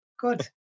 good